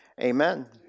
Amen